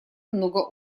много